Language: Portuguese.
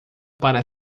para